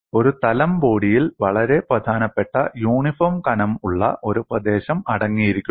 ഒരു തലം ബോഡിയിൽ വളരെ പ്രധാനപ്പെട്ട യൂണിഫോം കനം ഉള്ള ഒരു പ്രദേശം അടങ്ങിയിരിക്കുന്നു